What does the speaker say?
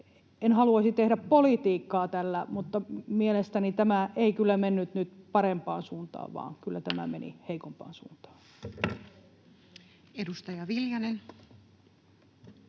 En haluaisi tehdä politiikkaa tällä, mutta mielestäni tämä ei kyllä mennyt nyt parempaan suuntaan, vaan kyllä tämä meni heikompaan suuntaan. [Jenna Simula: